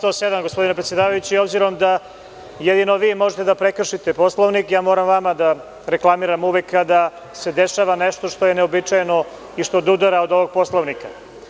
Član 107, gospodine predsedavajući, obzirom da jedino vi možete da prekršite Poslovnik moram vama da reklamiram uvek kada se dešava nešto što je neuobičajeno i što odudara od ovog Poslovnika.